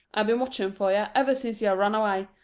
i've been watching for yer ever since yer run away.